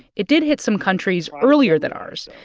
it did hit some countries earlier than ours,